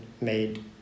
made